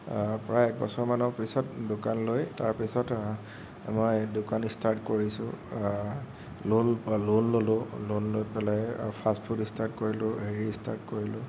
প্ৰায় একবছৰমানৰ পিছত দোকান লৈ তাৰপিছত মই দোকান ষ্টাৰ্ট কৰিছোঁ লোণ পা লোণ ললোঁ লোণ লৈ পেলাই ফাষ্ট ফুড ষ্টাৰ্ট কৰিলোঁ হেৰি ষ্টাৰ্ট কৰিলোঁ